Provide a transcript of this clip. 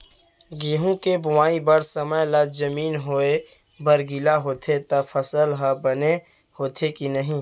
गेहूँ के बोआई बर समय ला जमीन होये बर गिला होथे त फसल ह बने होथे की नही?